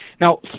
Now